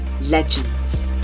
legends